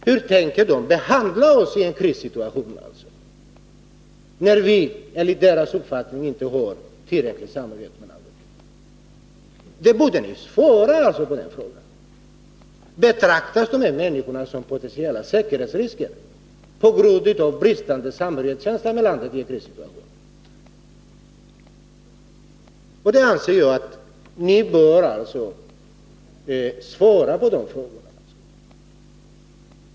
Hur tänker ni behandla oss i en krissituation, när vi enligt deras uppfattning inte har tillräcklig samhörighet med landet? Betraktas dessa människor i en krissituation som potentiella säkerhetsrisker på grund av bristande känsla för samhörighet med landet? Ni borde verkligen svara på frågorna.